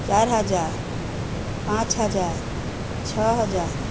चार हज़ार पाँच हज़ार छ हज़ार